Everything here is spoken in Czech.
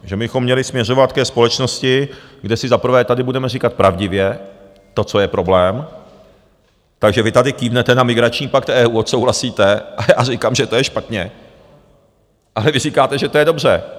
Že bychom měli směřovat ke společnosti, kde si za prvé tady budeme říkat pravdivě to, co je problém, takže vy tady kývnete na migrační pakt EU, odsouhlasíte, a já říkám, že to je špatně, ale vy říkáte, že to je dobře.